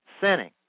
sinning